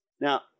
Now